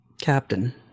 Captain